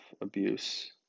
abuse